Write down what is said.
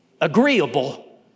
agreeable